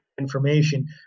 information